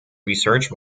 research